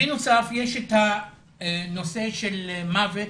בנוסף, יש הנושא של מוות